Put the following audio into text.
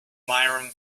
miriam